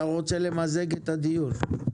אתה רוצה למזג את הדיון,